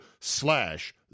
slash